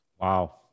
Wow